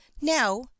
Now